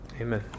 Amen